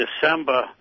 December